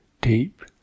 deep